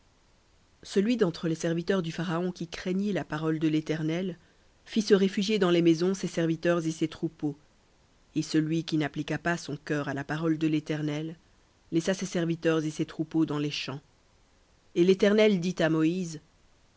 celui d'entre les serviteurs du pharaon qui craignit la parole de l'éternel fit se réfugier dans les maisons ses serviteurs et ses troupeaux et celui qui n'appliqua pas son cœur à la parole de l'éternel laissa ses serviteurs et ses troupeaux dans les champs et l'éternel dit à moïse